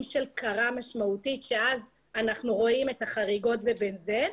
של קרה משמעותית אז אנחנו רואים את החריגות ב-בנזן,